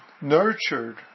nurtured